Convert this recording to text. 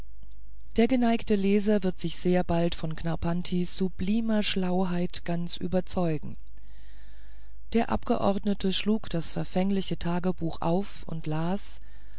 der geneigte leser wird sich sehr bald von knarrpantis sublimer schlauheit ganz überzeugen der abgeordnete schlug das verfängliche tagebuch auf und las